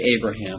Abraham